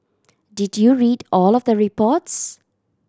did you read all of the reports